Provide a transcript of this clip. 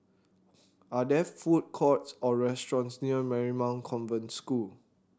are there food courts or restaurants near Marymount Convent School